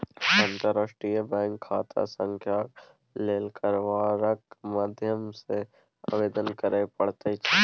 अंतर्राष्ट्रीय बैंक खाता संख्याक लेल कारबारक माध्यम सँ आवेदन करय पड़ैत छै